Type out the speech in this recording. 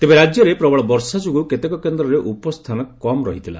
ତେବେ ରାଜ୍ୟରେ ପ୍ରବଳ ବନ୍ୟା ଯୋଗୁଁ କେତେକ କେନ୍ଦ୍ରରେ ଉପସ୍ଥାନ କମ୍ ରହିଥିଲା